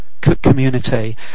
community